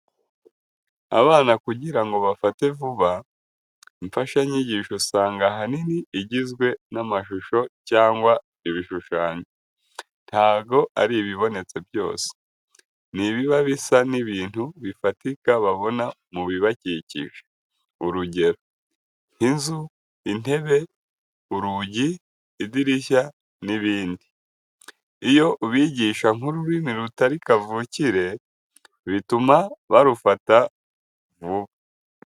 Abana kugira ngo bafate vuba, imfashanyigisho usanga ahanini igizwe n'amashusho cyangwa ibishushanyo. Ntabwo ari ibibonetse byose, ni ibiba bisa n'ibintu bifatika babona mu bibakikije. Urugero nk'inzu, intebe, urugi, idirishya n'ibindi. Iyo ubigisha nk'ururimi rutari kavukire, bituma barufata vuba.